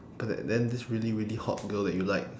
after that then this really really hot girl that you like